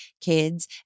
kids